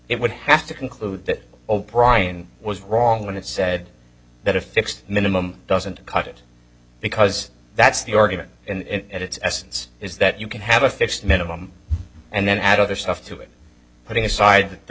it would have to conclude that o'brien was wrong when it said that a fixed minimum doesn't cut it because that's the argument and its essence is that you can have a fixed minimum and then add other stuff to it putting aside the